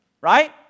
Right